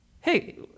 hey